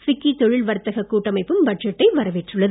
FICCI தொழில் வர்த்தகக் கூட்டமைப்பும பட்ஜெட்டை வரவேற்றுள்ளது